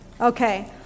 Okay